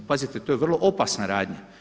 Pazite, to je vrlo opasna radnja.